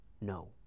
No